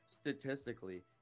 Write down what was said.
statistically